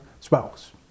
spouse